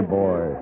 boy